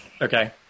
Okay